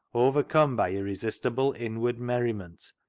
overcome by irresistible inward merri ment,